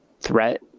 threat